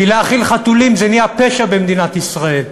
כי להאכיל חתולים נהיה לפשע במדינת ישראל.